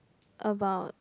about